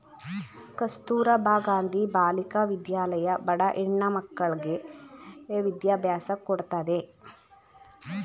ಕಸ್ತೂರಬಾ ಗಾಂಧಿ ಬಾಲಿಕಾ ವಿದ್ಯಾಲಯ ಬಡ ಹೆಣ್ಣ ಮಕ್ಕಳ್ಳಗೆ ವಿದ್ಯಾಭ್ಯಾಸ ಕೊಡತ್ತದೆ